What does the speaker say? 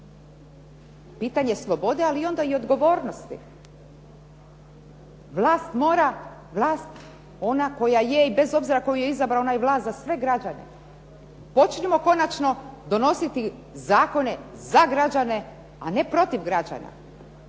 Pitanje slobode, ali onda i odgovornosti. Vlast mora, vlast ona koja je i bez obzira tko ju je izabrao, ona je vlast za sve građane. Počnimo konačno donositi zakone za građane, a ne protiv građana.